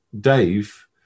Dave